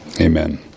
Amen